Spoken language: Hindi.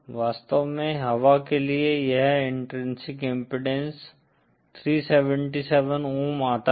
वास्तव में हवा के लिए यह इन्ट्रिंसिक इम्पीडेन्स 377 ओम आता है